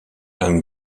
and